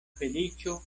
feliĉo